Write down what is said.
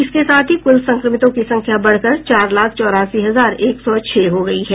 इसके साथ ही कुल संक्रमितों की संख्या बढ़कर चार लाख संतानवे हजार छह सौ चालीस हो गयी है